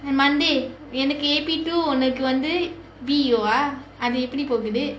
and monday எனக்கு:enakku B_P_O உனக்கு வந்து:unakku vanthu B_O ah அது எப்படி போகுது:athu eppadi poguthu